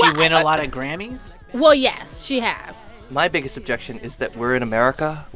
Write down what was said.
like win a lot of grammys? well, yes, she has my biggest objection is that we're in america.